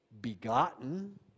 begotten